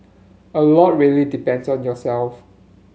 a lot really depends on yourself